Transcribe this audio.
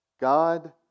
God